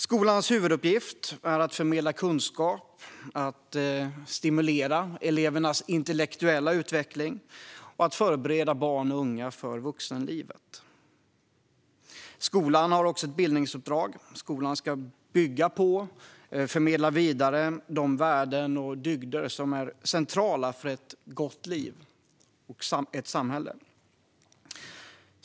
Skolans huvuduppgift är att förmedla kunskap, att stimulera elevernas intellektuella utveckling och att förbereda barn och unga för vuxenlivet. Skolan har också ett bildningsuppdrag. Skolan ska bygga på, och förmedla vidare, de värden och dygder som är centrala för ett gott liv och ett gott samhälle.